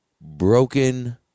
broken